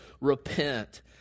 repent